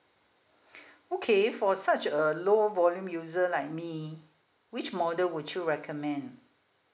okay for such a low volume user like me which model would you recommend